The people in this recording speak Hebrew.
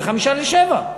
זה ב-06:55.